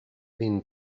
been